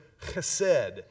chesed